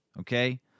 Okay